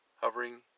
hovering